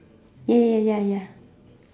ya ya ya ya